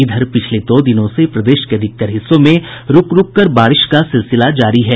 इधर पिछले दो दिनों से प्रदेश के अधिकतर हिस्सों में रूक रूककर बारिश का सिलसिला जारी है